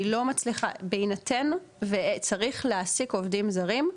אני לא מצליחה, בהינתן וצריך להעסיק עובדים זרים,